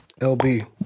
LB